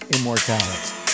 immortality